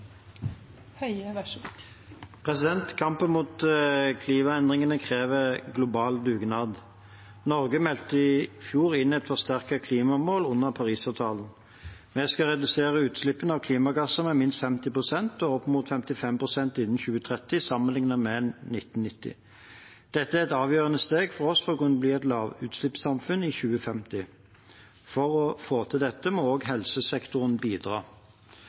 Kampen mot klimaendringene krever en global dugnad. Norge meldte i fjor inn et forsterket klimamål under Parisavtalen. Vi skal redusere utslippene av klimagasser med minst 50 pst. og opp mot 55 pst. innen 2030, sammenlignet med 1990. Dette er et avgjørende steg for oss for å kunne bli et lavutslippssamfunn i 2050. For å få til dette må også helsesektoren bidra.